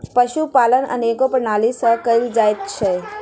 पशुपालन अनेको प्रणाली सॅ कयल जाइत छै